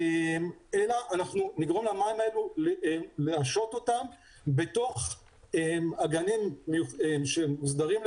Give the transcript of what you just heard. אנחנו נגרום למים האלה לאצור אותם בתוך אגנים מוסדרים,